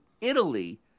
Italy